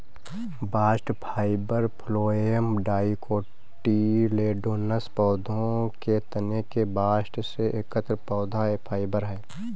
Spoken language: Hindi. बास्ट फाइबर फ्लोएम डाइकोटिलेडोनस पौधों के तने के बास्ट से एकत्र पौधा फाइबर है